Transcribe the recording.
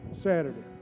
Saturday